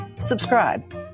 subscribe